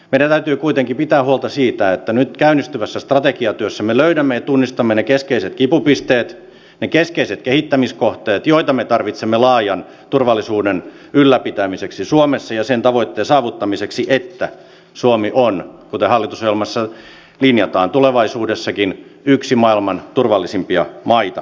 meidän täytyy kuitenkin pitää huolta siitä että nyt käynnistyvässä strategiatyössä me löydämme ja tunnistamme ne keskeiset kipupisteet ne keskeiset kehittämiskohteet joita me tarvitsemme laajan turvallisuuden ylläpitämiseksi suomessa ja sen tavoitteen saavuttamiseksi että suomi on kuten hallitusohjelmassa linjataan tulevaisuudessakin yksi maailman turvallisimpia maita